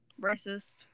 Racist